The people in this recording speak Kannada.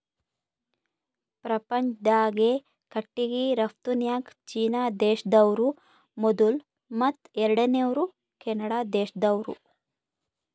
ಪ್ರಪಂಚ್ದಾಗೆ ಕಟ್ಟಿಗಿ ರಫ್ತುನ್ಯಾಗ್ ಚೀನಾ ದೇಶ್ದವ್ರು ಮೊದುಲ್ ಮತ್ತ್ ಎರಡನೇವ್ರು ಕೆನಡಾ ದೇಶ್ದವ್ರು